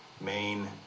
main